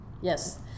Yes